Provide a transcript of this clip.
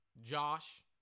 Josh